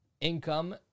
income